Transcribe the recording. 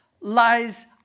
lies